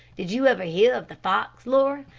did you ever hear of the fox, laura,